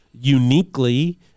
uniquely